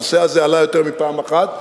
הנושא הזה עלה יותר מפעם אחת,